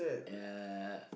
ya